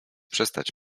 przestać